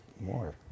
more